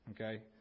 okay